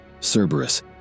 Cerberus